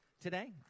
today